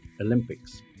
Olympics